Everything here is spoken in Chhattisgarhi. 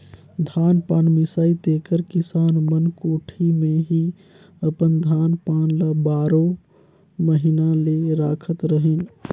धान पान मिसाए तेकर किसान मन कोठी मे ही अपन धान पान ल बारो महिना ले राखत रहिन